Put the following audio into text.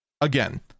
Again